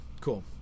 cool